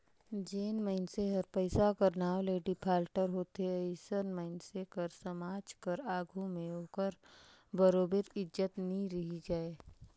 जेन मइनसे हर पइसा कर नांव ले डिफाल्टर होथे अइसन मइनसे कर समाज कर आघु में ओकर बरोबेर इज्जत नी रहि जाए